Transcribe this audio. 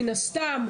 מן הסתם,